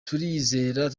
turizera